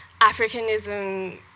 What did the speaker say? africanism